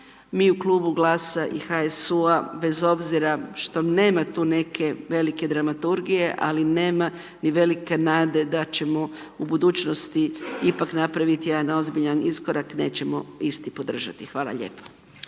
Mi u klubu Glasa i HSU-u bez obzira što nema tu neke velike dramaturgije, ali nema ni velike nade da ćemo u budućnosti ipak napraviti jedan ozbiljan iskorak, nećemo isti podržati. Hvala lijepo.